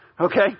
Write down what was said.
Okay